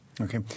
Okay